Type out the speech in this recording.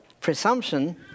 presumption